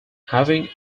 having